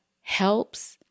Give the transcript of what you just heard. helps